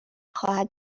خواهد